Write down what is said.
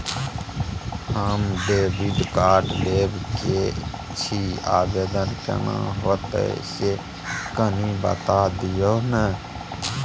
हम debit card लेब के छि, आवेदन केना होतै से कनी बता दिय न?